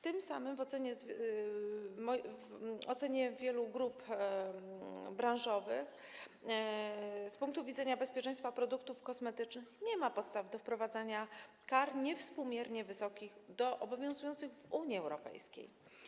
Tym samym w ocenie wielu grup branżowych z punktu widzenia bezpieczeństwa produktów kosmetycznych nie ma podstaw do wprowadzania kar niewspółmiernie wysokich do obowiązujących w Unii Europejskiej.